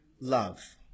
love